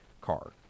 car